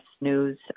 News